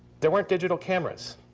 there weren't digital cameras.